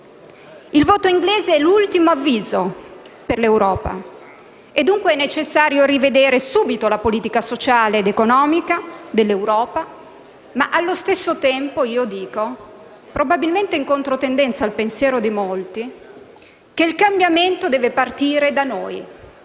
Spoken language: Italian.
Il voto britannico è l'ultimo avviso per l'Europa e dunque è necessario rivedere subito la politica sociale ed economica dell'Europa; ma, allo stesso tempo, io dico, probabilmente in controtendenza al pensiero di molti, che il cambiamento deve partire da noi,